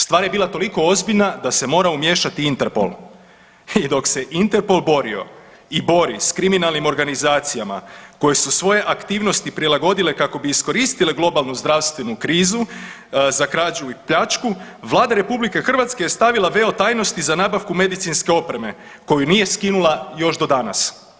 Stvar je bila toliko ozbiljna da se morao umiješati INTERPOL i dok se INTERPOL borio i bori s kriminalnim organizacijama koje su svoje aktivnosti prilagodile kako bi iskoristile globalnu zdravstvenu krizu za krađu i pljačku, Vlada RH je stavila veo tajnosti za nabavku medicinske opreme koju nije skinula još do danas.